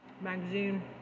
magazine